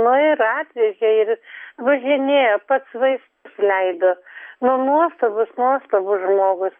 nu ir atvežė ir važinėjo pats vaistus leido nu nuostabus nuostabus žmogus